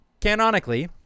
canonically